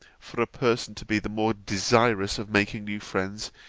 for a person to be the more desirous of making new friends,